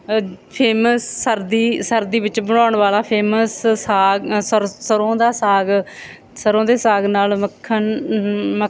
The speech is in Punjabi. ਫੇਮਸ ਸਰਦੀ ਸਰਦੀ ਵਿੱਚ ਬਣਾਉਣ ਵਾਲਾ ਫੇਮਸ ਸਾਗ ਅ ਸਰ ਸਰੋਂ ਦਾ ਸਾਗ ਸਰੋਂ ਦੇ ਸਾਗ ਨਾਲ ਮੱਖਣ